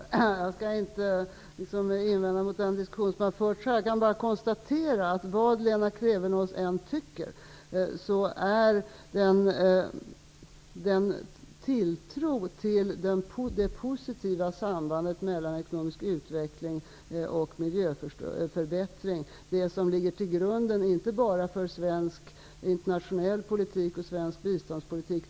Fru talman! Jag skall inte göra några invändningar mot den diskussion som här har förts. Jag kan bara konstatera att vad Lena Klevenås än tycker så är det tilltron till det positiva sambandet mellan ekonomisk utveckling och miljöförbättring som ligger till grund för svensk internationell politik och svensk biståndspolitik.